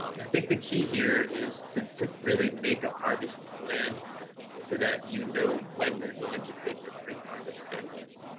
um and i think the key here is to to really make a harvest plan so that you know when you're going to take your pre-harvest samples.